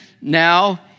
now